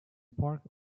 park